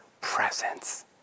presence